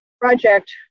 project